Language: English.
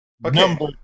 Number